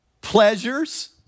pleasures